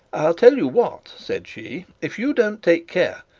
i'll tell you what said she. if you don't take care,